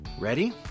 Ready